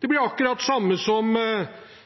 Det blir akkurat det samme som